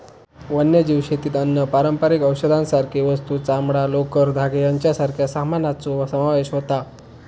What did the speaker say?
वन्यजीव शेतीत अन्न, पारंपारिक औषधांसारखे वस्तू, चामडां, लोकर, धागे यांच्यासारख्या सामानाचो समावेश होता